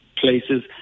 places